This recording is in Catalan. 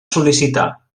sol·licitar